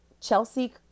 Chelsea